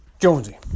Jonesy